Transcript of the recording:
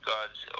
God's